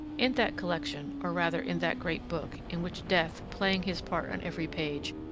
in that collection, or rather in that great book, in which death, playing his part on every page,